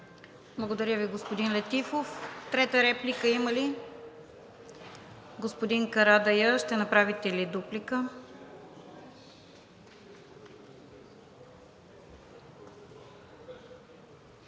Благодаря Ви, господин Летифов. Трета реплика има ли? Господин Карадайъ, ще направите ли дуплика?